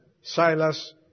Silas